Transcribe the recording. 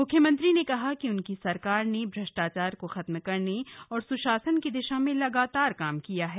म्ख्यमंत्री ने कहा कि उनकी सरकार ने भ्रष्टाचार को खत्म करने और स्शासन की दिशा में लगातार काम किया है